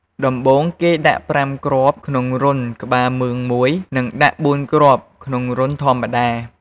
ដំបូង គេដាក់គ្រាប់៥គ្រាប់ ក្នុងរន្ធក្បាលមឿង១ និងដាក់៤គ្រាប់ ក្នុងរន្ធធម្មតា។